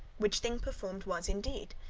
which thing performed was indeed.